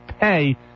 pay